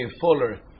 fuller